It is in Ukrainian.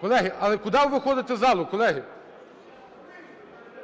ГОЛОВУЮЧИЙ. Колеги, але куди ви виходити з залу, колеги?